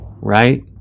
Right